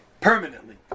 permanently